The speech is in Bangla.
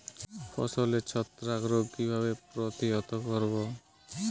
ফসলের ছত্রাক রোগ কিভাবে প্রতিহত করব?